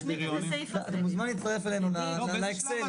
אתה מוזמן להצטרף אלינו לאקסלים.